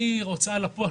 החל מהוצאה לפועל,